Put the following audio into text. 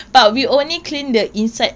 mm